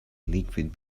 liquid